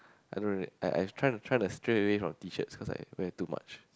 I don't really I I try try to stray away from Tshirt cause I wear too much